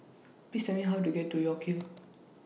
Please Tell Me How to get to York Hill